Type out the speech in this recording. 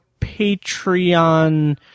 Patreon